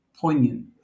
poignant